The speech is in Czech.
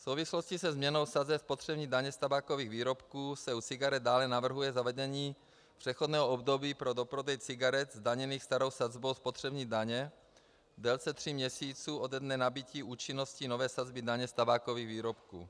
V souvislosti se změnou sazeb spotřební daně z tabákových výrobků se u cigaret dále navrhuje zavedení přechodného období pro doprodej cigaret zdaněných starou sazbou spotřební daně v délce tří měsíců ode dne nabytí účinnosti nové sazby daně z tabákových výrobků.